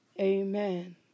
amen